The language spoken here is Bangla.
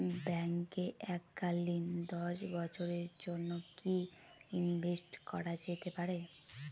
ব্যাঙ্কে এককালীন দশ বছরের জন্য কি ইনভেস্ট করা যেতে পারে?